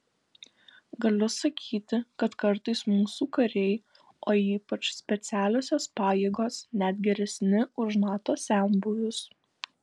galiu sakyti kad kartais mūsų kariai o ypač specialiosios pajėgos net geresni už nato senbuvius